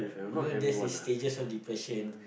you know there's this stages of depression